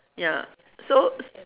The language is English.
ya so s~